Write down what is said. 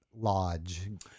lodge